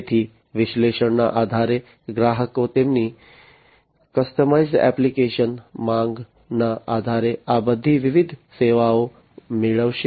તેથી વિશ્લેષણના આધારે ગ્રાહકો તેમની કસ્ટમાઇઝ્ડ એપ્લિકેશન માંગના આધારે આ બધી વિવિધ સેવાઓ મેળવશે